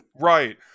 Right